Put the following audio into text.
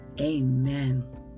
Amen